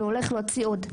והולך להוציא עוד.